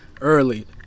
early